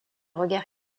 regard